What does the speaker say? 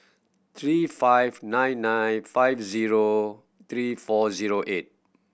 three five nine nine five zero three four zero eight